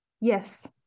Yes